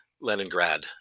Leningrad